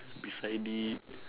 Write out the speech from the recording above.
beside it